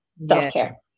self-care